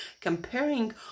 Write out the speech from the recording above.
comparing